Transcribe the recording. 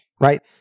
right